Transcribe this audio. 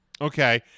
Okay